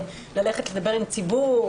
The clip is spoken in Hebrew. ללכת לדבר עם ציבור,